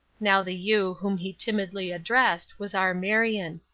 now the you whom he timidly addressed was our marion.